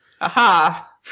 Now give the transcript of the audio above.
aha